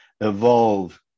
evolve